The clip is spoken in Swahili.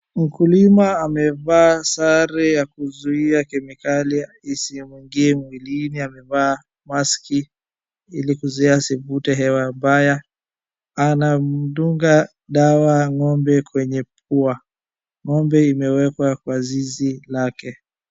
Mkulima amevaa sare ya kuzuia kemikali isimwingie mwilini, amevaa maski ili kuzuia asivute hewa mbaya. Anamdunga dawa ng'ombe kwenye pua, ng'ombe imewekwa kwa zizi lake.